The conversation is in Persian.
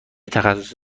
تخصص